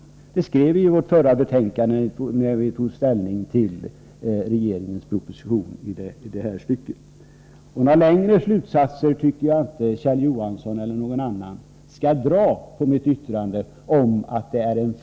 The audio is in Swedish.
På detta sätt skrev vi i vårt betänkande när vi tog ställning till regeringens proposition. Några vidlyftigare slutsatser än att det är en försiktig start när det gäller omsättningsskatten på aktier tycker jag inte Kjell Johansson eller någon annan skall dra av mitt yttrande. Ingegerd Troedsson!